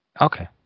Okay